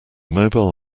mobile